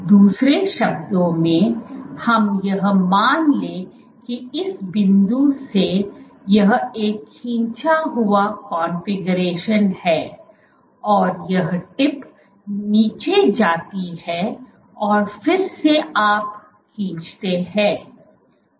दूसरे शब्दों में हम यह मान लें कि इस बिंदु से यह एक खींचा हुआ कॉन्फ़िगरेशन है और यह टिप नीचे जाती है और फिर सेआप खींचते हैं